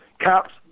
cops